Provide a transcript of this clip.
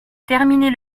terminer